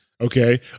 Okay